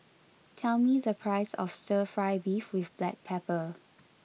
tell me the price of stir fry beef with black pepper